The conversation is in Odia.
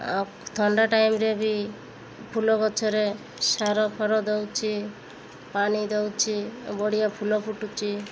ଆଉ ଥଣ୍ଡା ଟାଇମ୍ରେ ବି ଫୁଲ ଗଛରେ ସାରଫାର ଦେଉଛେ ପାଣି ଦେଉଛେ ବଢ଼ିଆ ଫୁଲ ଫୁଟୁଛି